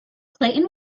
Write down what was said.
clayton